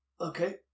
Okay